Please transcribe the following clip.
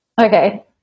Okay